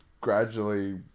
Gradually